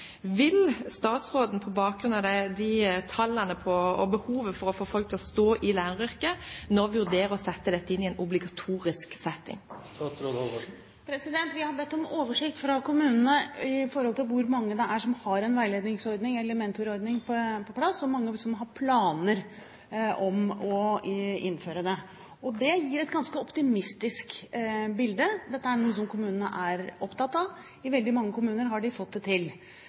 Vil statsråden på bakgrunn av behovet for å få folk til å stå i læreryrket nå vurdere å sette dette inn i en obligatorisk setting? Vi har bedt om en oversikt fra kommunene over hvor mange det er som har en veiledningsordning eller en mentorordning på plass, og hvor mange det er som har planer om å innføre det. Det gir et ganske optimistisk bilde. Dette er noe som kommunene er opptatt av. I veldig mange kommuner har de fått det til.